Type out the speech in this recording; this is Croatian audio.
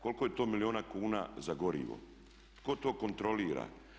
Koliko je to milijuna kuna za gorivo, tko to kontrolira?